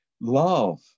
love